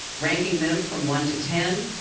ranking them from one to ten,